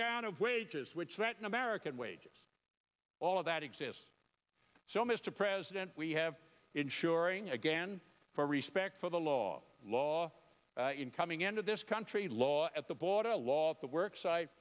down of wages which threaten american wages all of that exists so mr president we have ensuring again for respect for the law law coming into this country law at the border a lot the work site